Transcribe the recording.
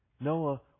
Noah